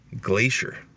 Glacier